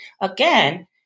again